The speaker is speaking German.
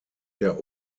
der